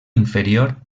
inferior